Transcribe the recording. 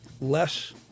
Less